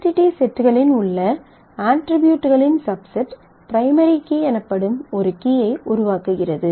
entity செட்டில் உள்ள அட்ரிபியூட்களின் சப்செட் பிரைமரி கீ எனப்படும் ஒரு கீயை உருவாக்குகிறது